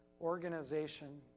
organization